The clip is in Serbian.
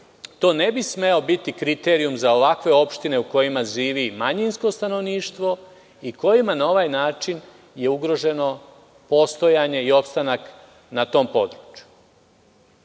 to ne bi smeo biti kriterijum za ovakve opštine u kojima živi manjinsko stanovništvo i u kojima je na ovaj način ugroženo postojanje i opstanak na tom području. To